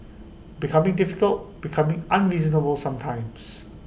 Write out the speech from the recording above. becoming difficult becoming unreasonable sometimes